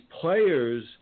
players